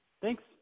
thanks